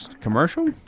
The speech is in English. commercial